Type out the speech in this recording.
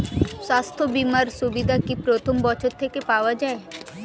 স্বাস্থ্য বীমার সুবিধা কি প্রথম বছর থেকে পাওয়া যায়?